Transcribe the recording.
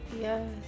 Yes